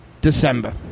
December